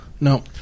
No